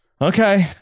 Okay